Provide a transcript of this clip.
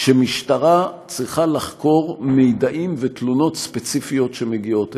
שמשטרה צריכה לחקור מידע ותלונות ספציפיות שמגיעים אליה.